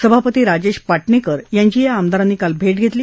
सभापती राजेश पाटणेकर यांची या आमदारांनी काल भेट घेतली